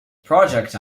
project